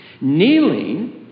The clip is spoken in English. Kneeling